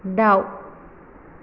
दाउ